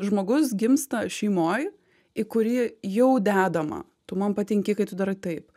žmogus gimsta šeimoj į kurį jau dedama tu man patinki kai tu darai taip